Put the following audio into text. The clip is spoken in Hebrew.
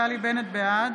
בעד